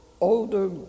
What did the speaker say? older